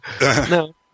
No